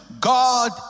God